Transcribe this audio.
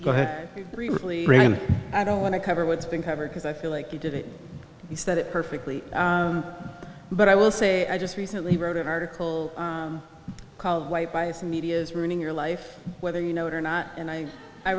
go ahead briefly i don't want to cover what's been covered because i feel like he did it he said it perfectly but i will say i just recently wrote an article called white biased media is ruining your life whether you know it or not and i i